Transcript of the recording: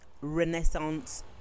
Renaissance